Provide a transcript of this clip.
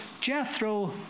Jethro